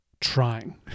trying